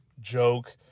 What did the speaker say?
joke